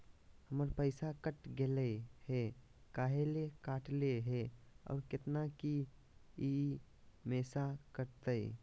हमर पैसा कट गेलै हैं, काहे ले काटले है और कितना, की ई हमेसा कटतय?